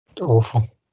awful